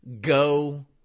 Go